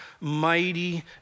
mighty